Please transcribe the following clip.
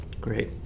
Great